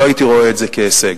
לא הייתי רואה את זה כהישג.